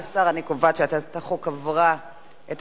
11. אני קובעת שהצעת החוק עברה בקריאה